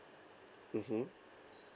mmhmm